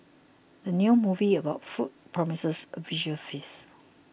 the new movie about food promises a visual feasts